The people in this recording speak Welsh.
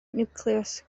niwclews